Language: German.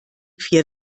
vier